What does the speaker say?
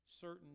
certain